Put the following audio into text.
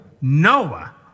Noah